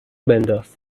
بنداز